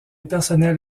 personnel